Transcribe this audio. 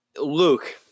Luke